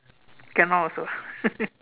cannot also